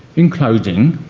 in closing,